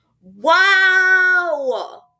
Wow